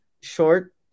short